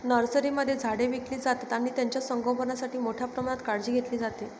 नर्सरीमध्ये झाडे विकली जातात आणि त्यांचे संगोपणासाठी मोठ्या प्रमाणात काळजी घेतली जाते